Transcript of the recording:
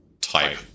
type